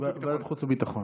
חוץ וביטחון.